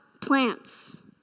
plants